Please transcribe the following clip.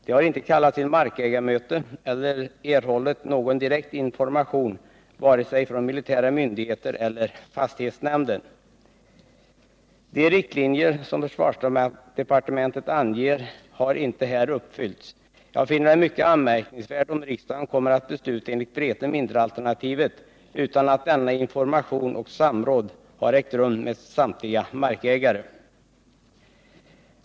De har inte kallats till markägarmöte eller erhållit någon direkt information från vare sig militära myndigheter eller fastighetsnämnden. De riktlinjer som försvarsdepartementet anger har inte här uppfyllts. Jag finner det mycket anmärkningsvärt om riksdagen kommer att besluta enligt Vreten mindre-alternativet utan att denna information har lämnats och utan att samråd har ägt rum med samtliga markägare.